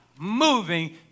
moving